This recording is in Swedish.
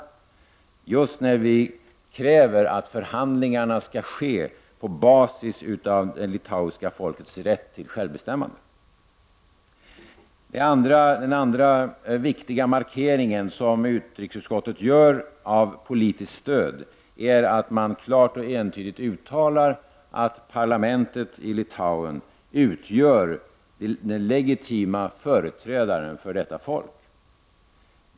1989/90:128 när vi kräver att förhandlingarna skall ske på basis av det litauiska folkets 23 maj 1990 rätt till självbestämmande. Den andra viktiga markering som utrikesutskottet gör för politiskt stöd är att man klart och entydigt uttalar att parlamentet i Litauen utgör den legitima företrädaren för detta folk.